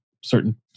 certain